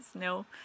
no